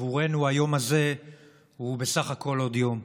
עבורנו היום הזה הוא בסך הכול עוד יום.